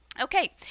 okay